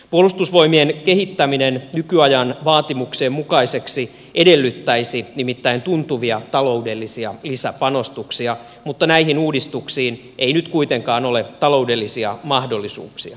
puolustusvoimien kehittäminen nykyajan vaatimuksien mukaiseksi edellyttäisi nimittäin tuntuvia taloudellisia lisäpanostuksia mutta näihin uudistuksiin ei nyt kuitenkaan ole taloudellisia mahdollisuuksia